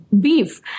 beef